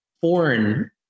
foreign